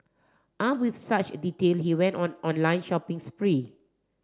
arm with such detail he went on online shopping spree